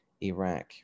Iraq